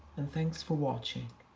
and thanks for watching.